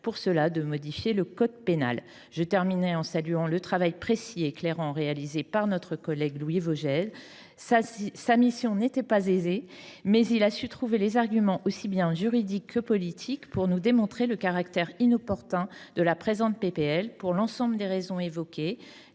pas de modification du code pénal. Je terminerai en saluant le travail précis et éclairant de notre collègue Louis Vogel. Sa mission n’était pas aisée, mais il a su trouver les arguments aussi bien juridiques que politiques pour nous démontrer le caractère inopportun de la proposition de loi. Pour l’ensemble de ces raisons, les